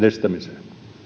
estämiseen